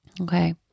Okay